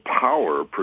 power